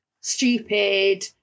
stupid